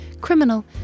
Criminal